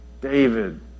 David